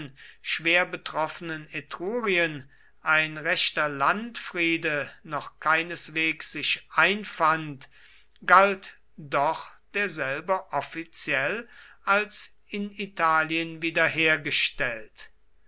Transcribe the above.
schwer betroffenen etrurien ein rechter landfriede noch keineswegs sich einfand galt doch derselbe offiziell als in italien wiederhergestellt